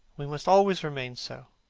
we must always remain so.